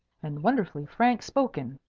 and wonderfully frank spoken.